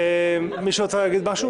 מישהו רוצה להגיד משהו?